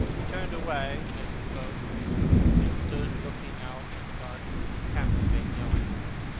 he turned away as he spoke and stood looking out at the garden. campbell made no answer.